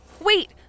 Wait